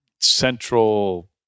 central